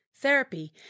Therapy